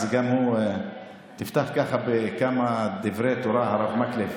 אז תפתח בכמה דברי תורה, הרב מקלב.